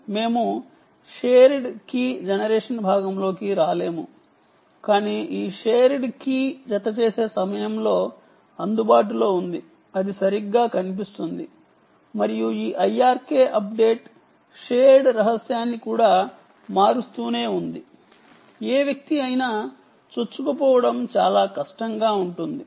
మేము shared key generation భాగం వివరించడం లేదు కానీ ఈ షేర్డ్ కీ జత చేసే సమయంలో అందుబాటులో ఉంది అది సరిగ్గా కనిపిస్తుంది మరియు ఈ IRK అప్డేట్ షేర్డ్ రహస్యాన్ని కూడా మారుస్తూనే ఉంటుంది కాబట్టి ఏ వ్యక్తి అయినా చొచ్చుకుపోవటం చాలా కష్టంగా ఉంటుంది